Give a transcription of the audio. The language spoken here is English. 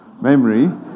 memory